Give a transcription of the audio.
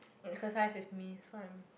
exercise with me so I'm